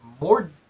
more